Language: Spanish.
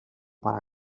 para